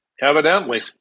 evidently